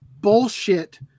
bullshit